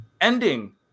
ending